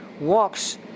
walks